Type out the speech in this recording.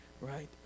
right